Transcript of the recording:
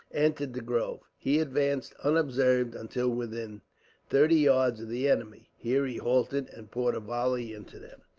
entered the grove. he advanced, unobserved, until within thirty yards of the enemy. here he halted, and poured a volley into them.